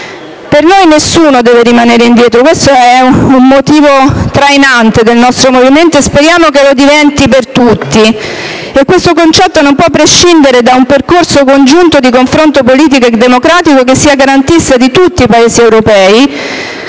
Per noi nessuno deve rimanere indietro: questo è un motivo trainante del nostro movimento, e speriamo che lo diventi per tutti. E questo concetto non può prescindere da un percorso congiunto di confronto politico e democratico che sia garantista nei confronti di tutti i Paesi europei,